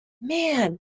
man